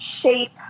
shape